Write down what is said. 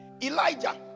Elijah